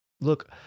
look